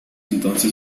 entonces